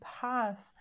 path